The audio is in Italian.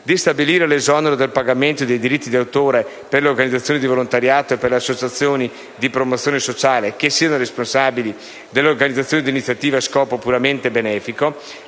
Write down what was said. di stabilire l'esonero dal pagamento dei diritti di autore per le organizzazioni di volontariato e per le associazioni di promozione sociale che siano responsabili dell'organizzazione di iniziative a scopo puramente benefico;